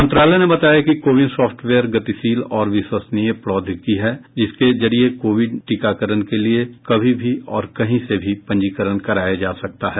मंत्रालय ने बताया कि कोविन सॉफ्टवेयर गतिशील और विश्वसनीय प्रौद्योगिकी है जिसके जरिये कोविड टीकाकरण के लिए कभी भी और कहीं से भी पंजीकरण कराया जा सकता है